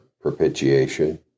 propitiation